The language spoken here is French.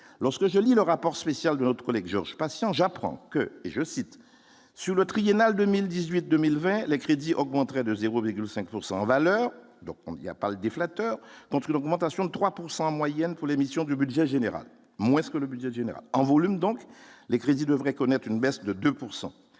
lorsque je lis le rapport spécial de notre collègue Georges Patient, j'apprends que je cite sur le triennal 2018, 2020 les crédits augmenterait de 0,5 pourcent en valeur, donc il y a parlé des flatteurs, donc l'augmentation de 3 pourcent en moyenne pour les missions du budget général, moi, ce que le budget général, en volume, donc les crédits devraient connaître une baisse de 2